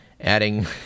Adding